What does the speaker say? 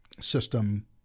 system